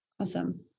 Awesome